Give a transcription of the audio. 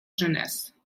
jeunesse